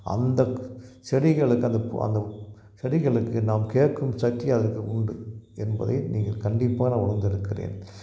அந்த செடிகளுக்கு அந்த பு அந்த செடிகளுக்கு நாம் கேட்கும் சக்தி அதற்கு உண்டு என்பதை நீங்கள் கண்டிப்பாக நான் உணர்ந்திருக்கிறேன்